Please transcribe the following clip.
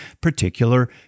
particular